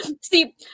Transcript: see